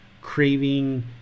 craving